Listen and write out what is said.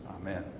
Amen